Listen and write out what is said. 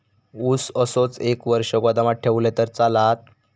ऊस असोच एक वर्ष गोदामात ठेवलंय तर चालात?